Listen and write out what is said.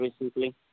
recently